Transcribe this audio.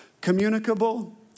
communicable